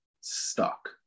Stuck